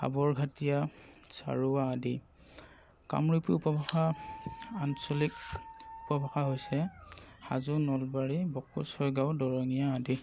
হাৱৰঘাটীয়া চাৰুৱা আদি কামৰূপী উপভাষা আঞ্চলিক উপভাষা হৈছে হাজো নলবাৰী বকো ছয়গাঁও দৰঙীয়া আদি